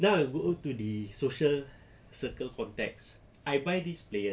now I go to the social circle context I buy this player